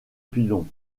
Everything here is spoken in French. pilon